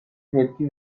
tepki